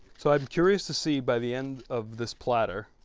so i'm curious to see, by the end of this platter